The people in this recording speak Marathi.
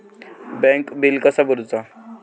बँकेत बिल कसा भरुचा?